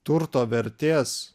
turto vertės